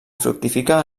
fructifica